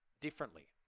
differently